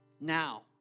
now